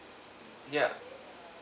yup